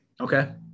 Okay